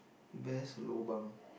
best lobang